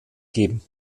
geben